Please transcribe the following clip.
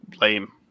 lame